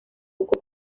temuco